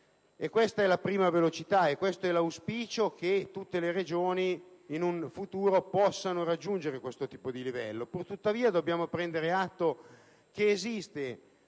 Questa è la prima velocità, e l'auspicio è che tutte le Regioni in un futuro possano raggiungere questo tipo di livello. Tuttavia dobbiamo prendere atto che esiste